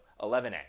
11a